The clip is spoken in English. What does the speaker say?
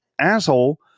asshole